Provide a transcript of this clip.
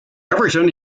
everton